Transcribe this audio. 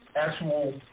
actual